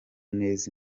neza